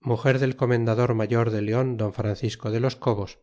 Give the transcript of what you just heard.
muger del comendador mayor de leon don francisco de los cobos